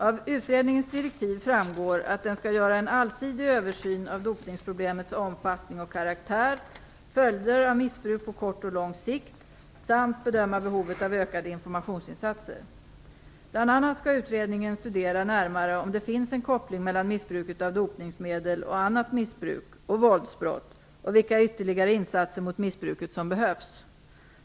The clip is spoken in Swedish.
Av utredningens direktiv framgår att den skall göra en allsidig översyn av dopningsproblemets omfattning och karaktär, följder av missbruk på kort och lång sikt samt bedöma behovet av ökade informationsinsatser. Bl.a. skall utredningen studera närmare om det finns en koppling mellan missbruket av dopningsmedel och annat missbruk och våldsbrott och vilka ytterligare insatser mot missbruket som behövs.